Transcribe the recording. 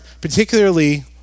particularly